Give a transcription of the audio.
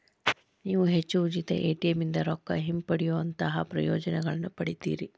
ನೇವು ಹೆಚ್ಚು ಉಚಿತ ಎ.ಟಿ.ಎಂ ಇಂದಾ ರೊಕ್ಕಾ ಹಿಂಪಡೆಯೊಅಂತಹಾ ಪ್ರಯೋಜನಗಳನ್ನ ಪಡಿತೇರಿ